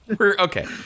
Okay